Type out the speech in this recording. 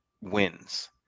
wins